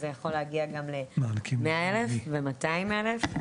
זה יכול להגיע גם ל-100 אלף, ו-200 אלף.